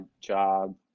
job